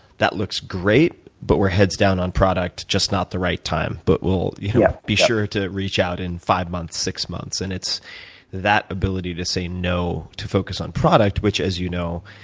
that looks great, but we're heads down on product. just not the right time. but we'll yeah be sure to reach out in five months, six months. and it's that ability to say no to focus on product, which as you know,